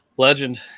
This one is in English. Legend